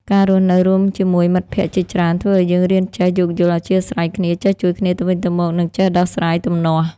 ការរស់នៅរួមជាមួយមិត្តភក្តិជាច្រើន ធ្វើឲ្យយើងរៀនចេះយោគយល់អធ្យាស្រ័យគ្នា ចេះជួយគ្នាទៅវិញទៅមក និងចេះដោះស្រាយទំនាស់។